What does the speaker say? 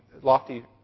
lofty